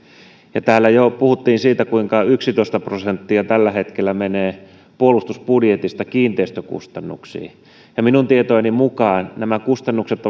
täällä jo puhuttiin siitä kuinka yksitoista prosenttia tällä hetkellä menee puolustusbudjetista kiinteistökustannuksiin minun tietojeni mukaan nämä kustannukset